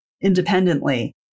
independently